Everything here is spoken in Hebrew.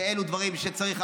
שאלו דברים שצריך,